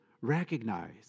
recognize